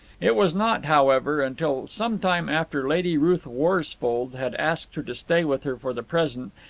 it was not, however, until some time after lady ruth worsfold had asked her to stay with her for the present,